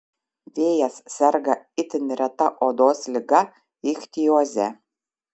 vėjas serga itin reta odos liga ichtioze